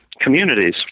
communities